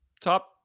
Top